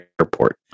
airport